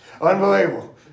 Unbelievable